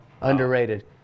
Underrated